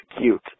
cute